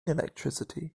electricity